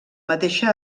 mateixa